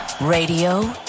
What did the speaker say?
radio